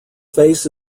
face